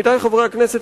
עמיתי חברי הכנסת,